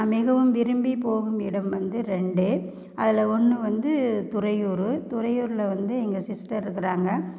மிகவும் விரும்பி போகும் இடம் வந்து ரெண்டு அதில் ஒன்று வந்து துறையூர் துறையூரில் வந்து எங்கள் சிஸ்டர் இருக்கிறாங்க